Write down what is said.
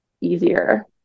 easier